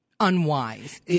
unwise